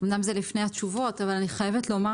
אמנם זה לפני התשובות אבל אני חייבת לומר